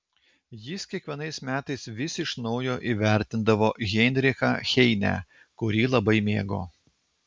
jis kiekvienais metais vis iš naujo įvertindavo heinrichą heinę kurį labai mėgo